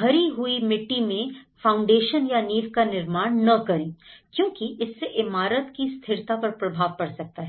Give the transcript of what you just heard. भरी हुई मिट्टी में फाउंडेशन या नीव का निर्माण ना करें क्योंकि इससे इमारत की स्थिरता पर प्रभाव पड़ सकता है